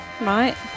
Right